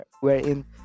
wherein